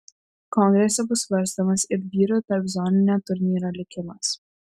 kongrese bus svarstomas ir vyrų tarpzoninio turnyro likimas